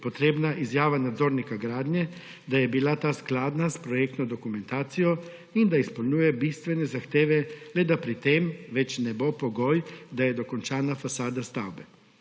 potrebna izjava nadzornika gradnje, da je bila ta skladna s projektno dokumentacijo in da izpolnjuje bistvene zahteve, le da pri tem ne bo več pogoj, da je dokončana fasada stavbe.